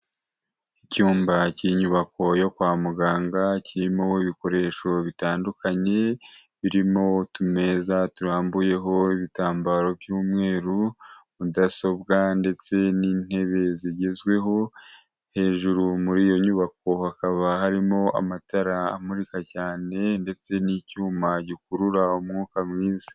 Icyumba cy'inyubako yo kwa muganga, kirimo ibikoresho bitandukanye, birimo utumeza turambuyeho ibitambaro by'umweru, mudasobwa ndetse n'intebe zigezweho, hejuru muri iyo nyubako hakaba harimo amatara amurika cyane ndetse n'icyuma gikurura umwuka mwiza.